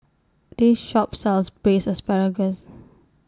This Shop sells Braised Asparagus